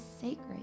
sacred